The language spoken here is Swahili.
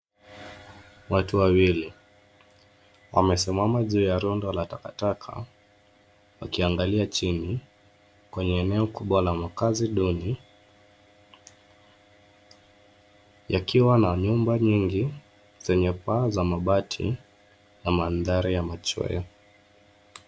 Watu wawili wamesimama juu ya rundo la takataka wakiangalia chini kwenye eneo kubwa la makazi duni yakiwa na nyumba nyingi zenye paa za mabati na mandhari ya machweo.